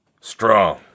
strong